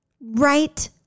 Right